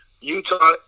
Utah